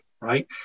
right